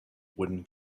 wooden